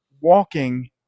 walking